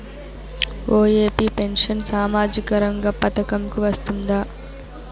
OAP pension సామాజిక రంగ పథకం కు వస్తుందా?